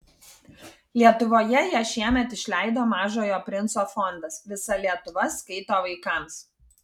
lietuvoje ją šiemet išleido mažojo princo fondas visa lietuva skaito vaikams